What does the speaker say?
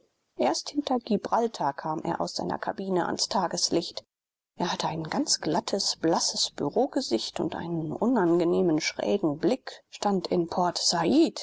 erst hinter gibraltar kam er aus seiner kabine ans tageslicht er hatte ein ganz glattes blasses bureaugesicht und einen unangenehmen schrägen blick stand in port said